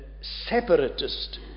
separatist